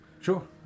Sure